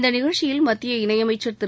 இந்த நிகழ்ச்சியில் மத்திய இணையமைச்சர் திரு